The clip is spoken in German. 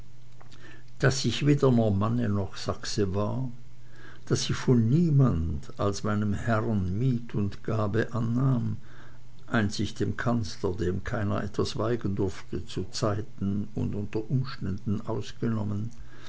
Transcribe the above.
daß ich weder normanne noch sachse war daß ich von niemandem als meinem herrn miet und gabe nahm einzig den kanzler dem keiner etwas weigern durfte zuzeiten und unter umständen ausgenommen